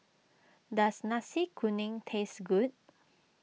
does Nasi Kuning taste good